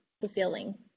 fulfilling